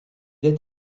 est